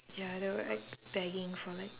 ya they were like begging for like